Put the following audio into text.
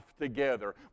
together